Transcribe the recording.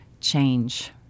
change